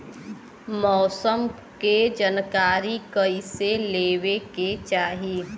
मौसम के जानकारी कईसे लेवे के चाही?